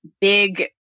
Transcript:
big